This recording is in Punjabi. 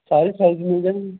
ਸਾਰੇ ਸਾਈਜ਼ ਮਿਲ ਜਾਣਗੇ